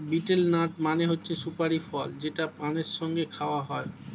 betel nut মানে হচ্ছে সুপারি ফল যেটা পানের সঙ্গে খাওয়া হয়